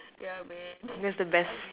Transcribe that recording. that's the best